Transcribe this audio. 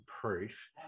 proof